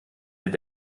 hält